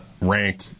rank